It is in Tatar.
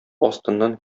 астыннан